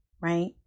right